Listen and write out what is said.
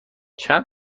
چند